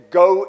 go